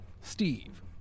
Steve